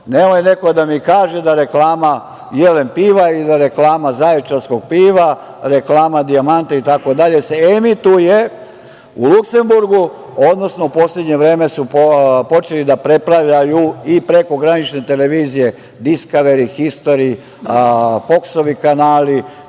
neko da mi kaže da reklama Jelen piva ili da reklama Zaječarskog piva, reklama Dijamanta itd. se emituje u Luksemburgu, odnosno u poslednje vreme su počeli da prepravljaju i prekogranične televizije Diskaveri, Histori, Foksovi kanali,